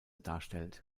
darstellt